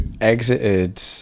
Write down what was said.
exited